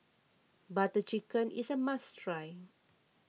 Butter Chicken is a must try